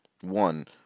One